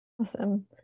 Awesome